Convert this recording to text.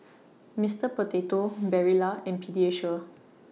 Mister Potato Barilla and Pediasure